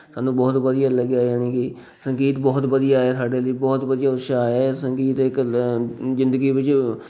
ਸਾਨੂੰ ਬਹੁਤ ਵਧੀਆ ਲੱਗਿਆ ਯਾਨੀ ਕਿ ਸੰਗੀਤ ਬਹੁਤ ਵਧੀਆ ਹੈ ਸਾਡੇ ਲਈ ਬਹੁਤ ਵਧੀਆ ਉਤਸ਼ਾਹ ਹੈ ਸੰਗੀਤ ਇੱਕ ਲ ਜ਼ਿੰਦਗੀ ਵਿੱਚ